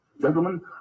gentlemen